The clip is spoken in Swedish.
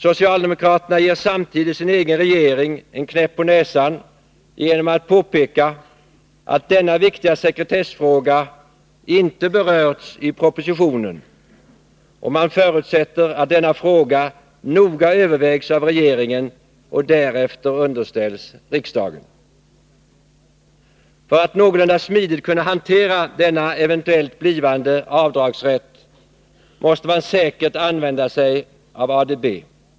Socialdemokraterna ger samtidigt sin egen regering en knäpp på näsan genom att påpeka att denna viktiga sekretessfråga inte berörts i propositionen. Man förutsätter att denna fråga noga övervägs av regeringen och att den därefter underställs riksdagen. För att någorlunda smidigt kunna hantera den eventuella avdragsrätten, måste man säkert använda sig av ADB.